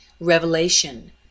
Revelation